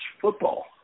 football